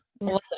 Awesome